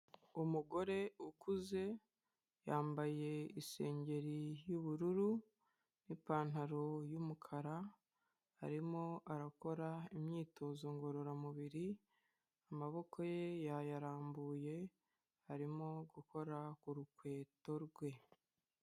Umugore ukuze yambaye isengeri y'ubururu n'ipantaro y'umukara arimo arakora imyitozo ngororamubiri amaboko ye yayarambuye arimo gukora ku rukweto rwe.